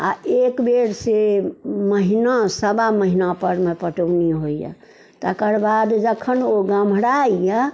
आओर एक बेर से महीना सबा महीनापर मे पटौनी होइए तकर बाद जखन ओ गम्हराइए